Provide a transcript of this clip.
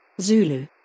Zulu